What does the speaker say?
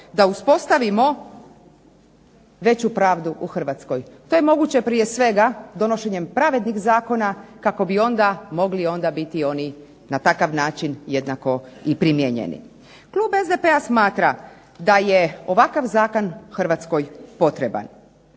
da uspostavimo veću pravdu u Hrvatskoj. To je moguće prije svega donošenjem pravednih Zakona kako bi onda mogli onda biti oni na takav način jednako primijenjeni. Klub zastupnika SDP-a smatra da je ovakav Zakon Hrvatskoj potreban.